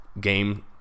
game